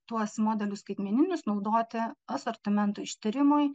tuos modelius skaitmeninius naudoti asortimento ištyrimui